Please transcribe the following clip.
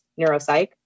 neuropsych